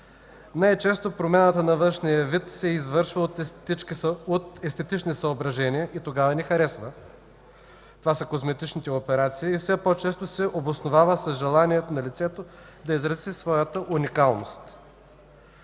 Най-често промяната на външния вид се извършва от естетични съображения и тогава ни харесва – козметичните операции, и все по-често се обосновава с желанието на лицето да изрази своята уникалност.